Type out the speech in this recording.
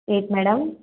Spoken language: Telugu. ఏంటి మేడం